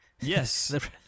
Yes